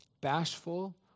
bashful